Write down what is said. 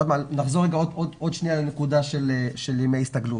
נחזור עוד שניה לנקודה של ימי הסתגלות.